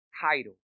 title